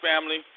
family